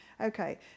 Okay